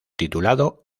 titulado